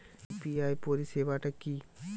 UPI পরিসেবাটা কি?